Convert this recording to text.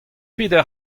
peder